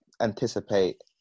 anticipate